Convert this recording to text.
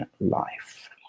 life